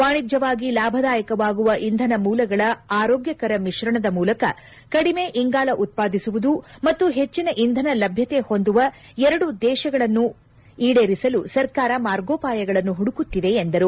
ವಾಣಿಜ್ಯವಾಗಿ ಲಾಭದಾಯಕವಾಗುವ ಇಂಧನ ಮೂಲಗಳ ಆರೋಗ್ಯಕರ ಮಿಶ್ರಣ ಮೂಲಕ ಕಡಿಮೆ ಇಂಗಾಲ ಉತ್ವಾದಿಸುವುದು ಮತ್ತು ಹೆಚ್ಚಿನ ಇಂಧನ ಲಭ್ಯತೆ ಹೊಂದುವ ಎರಡು ಉದ್ದೇಶಗಳನ್ನು ಈಡೇರಿಸಲು ಸರ್ಕಾರ ಮಾರ್ಗೋಪಾಯಗಳನ್ನು ಹುಡುಕುತ್ತಿದೆ ಎಂದರು